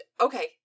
okay